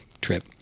trip